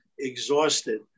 exhausted